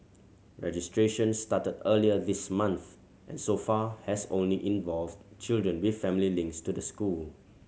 registration started earlier this month and so far has only involved children with family links to the school